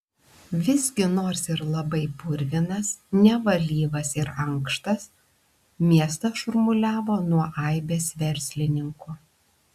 visgi nors ir labai purvinas nevalyvas ir ankštas miestas šurmuliavo nuo aibės verslininkų